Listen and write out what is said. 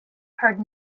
heard